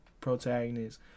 protagonist